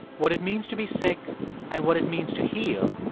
what it means to be sick and what it means to heal,